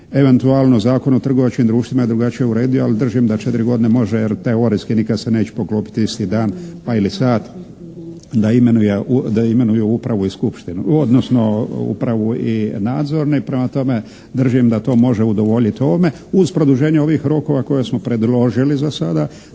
Eventualno Zakon o trgovačkim društvima je drugačije uredio, ali držim da 4 godine može jer teorijski nikad se neće poklopiti isti dan pa i sat da imenuju upravu i skupštinu, odnosno upravu i nadzorni. Prema tome držim da to može udovoljiti ovome, uz produženja ovih rokova koje smo predložili za sada